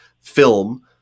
film